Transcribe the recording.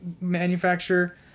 manufacturer